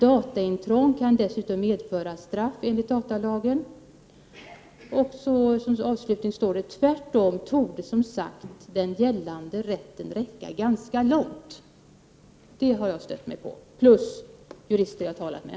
Dataintrång kan dessutom medföra straff enligt datalagen.” Detta avsnitt avslutas med följande ord: ”Tvärtom torde, som sagt, den gällande rätten räcka ganska långt.” Detta har jag stött mig på, plus de jurister jag talat med.